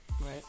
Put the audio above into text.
Right